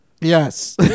Yes